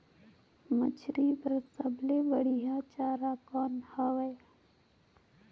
मछरी बर सबले बढ़िया चारा कौन हवय?